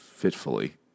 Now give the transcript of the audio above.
fitfully